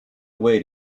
away